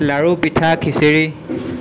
লাৰু পিঠা খিচিৰি